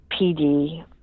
PD